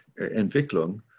Entwicklung